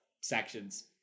sections